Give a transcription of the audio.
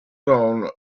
known